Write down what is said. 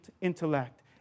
intellect